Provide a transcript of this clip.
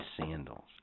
sandals